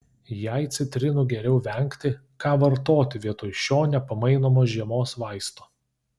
jei citrinų geriau vengti ką vartoti vietoj šio nepamainomo žiemos vaisto